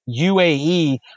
UAE